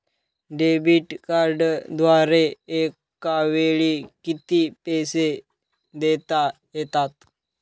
Debit कार्डद्वारे एकावेळी किती पैसे देता येतात?